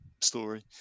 story